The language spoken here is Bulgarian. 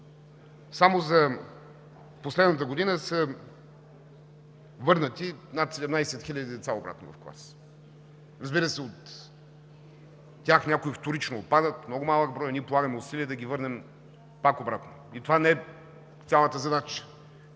Само за последната година са върнати над 17 хиляди деца обратно в клас. Разбира се, от тях някои вторично отпадат – много малък брой, ние полагаме усилия да ги върнем пак обратно. И това не е цялата задача.